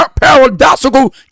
paradoxical